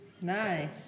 nice